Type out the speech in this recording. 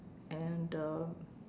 and uh